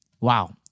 wow